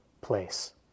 place